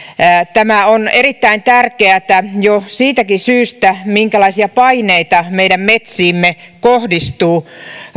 tämä on erittäin tärkeätä jo siitäkin syystä minkälaisia paineita kohdistuu meidän metsiimme